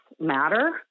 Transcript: matter